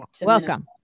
Welcome